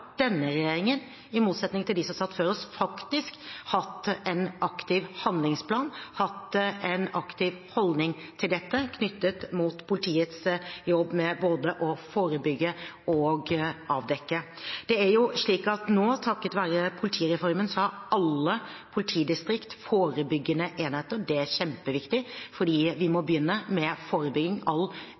denne regjeringen, i motsetning til de som satt før oss, faktisk hatt en aktiv handlingsplan, en aktiv holdning til dette, knyttet opp mot politiets jobb med både å forebygge og avdekke. Det er jo slik at nå, takket være politireformen, har alle politidistrikter forebyggende enheter. Det er kjempeviktig, for vi må begynne med forebygging. All